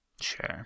Sure